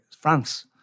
France